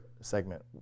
segment